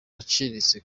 aciriritse